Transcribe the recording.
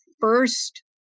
first